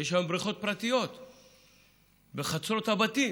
יש היום בריכות פרטיות בחצרות הבתים.